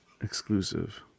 exclusive